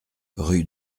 rue